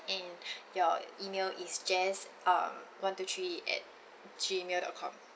and your email is jess um one two three at G mail dot com